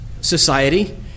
society